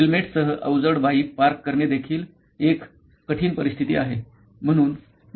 हेल्मेट्ससह अवजड bike park करणे देखील एक कठीण परिस्थिती आहे